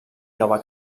nova